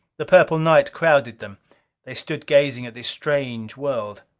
the purple night crowded them they stood gazing at this strange world,